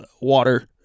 water